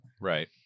Right